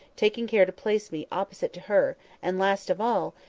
taking care to place me opposite to her and last of all,